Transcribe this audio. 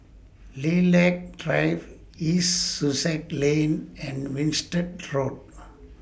Lilac Drive East Sussex Lane and Winstedt Road